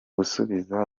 gusubiza